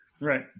right